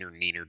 neener